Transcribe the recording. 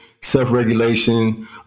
self-regulation